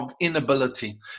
inability